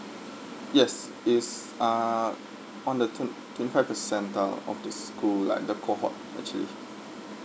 yes it's ah on the twen~ twenty five percent uh of the school like the cohort actually